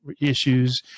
issues